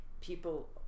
people